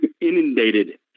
inundated